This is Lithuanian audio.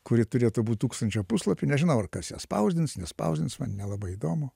kuri turėtų būt tūkstančio puslapių nežinau ar kas ją spausdins nespausdins man nelabai įdomu